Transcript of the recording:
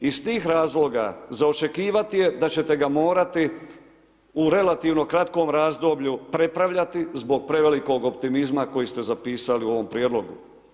Iz tih razloga za očekivati je da ćete ga morati u relativno kratkom razdoblju prepravljati zbog prevelikog optimizma koji ste zapisali u ovom prijedlogu.